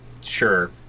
Sure